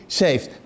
saved